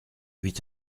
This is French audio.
huit